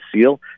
seal